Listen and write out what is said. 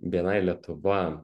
bni lietuva